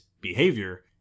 behavior